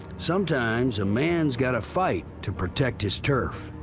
sometimes a man's gotta fight to protect his turf.